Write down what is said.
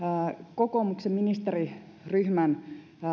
kokoomuksen ministeriryhmän